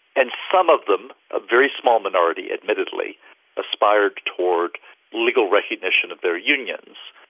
and some of them a very small minority, admittedly aspired toward legal recognition of their unions,